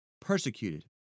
Persecuted